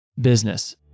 business